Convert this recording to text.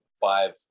five